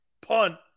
punt